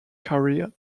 career